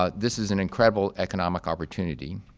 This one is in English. ah this is an incredible economic opportunity.